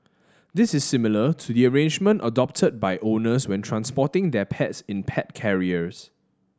this is similar to the arrangement adopted by owners when transporting their pets in pet carriers